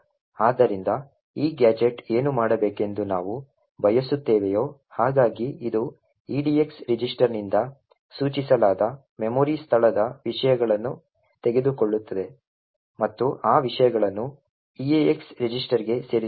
ಆದ್ದರಿಂದ ಈ ಗ್ಯಾಜೆಟ್ ಏನು ಮಾಡಬೇಕೆಂದು ನಾವು ಬಯಸುತ್ತೇವೆಯೋ ಹಾಗಾಗಿ ಇದು edx ರಿಜಿಸ್ಟರ್ನಿಂದ ಸೂಚಿಸಲಾದ ಮೆಮೊರಿ ಸ್ಥಳದ ವಿಷಯಗಳನ್ನು ತೆಗೆದುಕೊಳ್ಳುತ್ತದೆ ಮತ್ತು ಆ ವಿಷಯಗಳನ್ನು eax ರಿಜಿಸ್ಟರ್ಗೆ ಸೇರಿಸುತ್ತದೆ